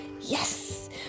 Yes